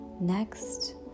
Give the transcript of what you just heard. Next